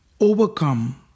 Overcome